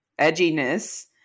edginess